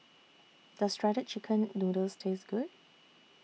Does Shredded Chicken Noodles Taste Good